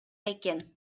экен